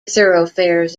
thoroughfares